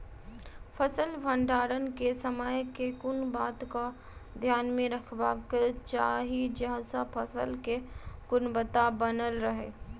फसल भण्डारण केँ समय केँ कुन बात कऽ ध्यान मे रखबाक चाहि जयसँ फसल केँ गुणवता बनल रहै?